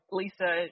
lisa